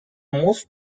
most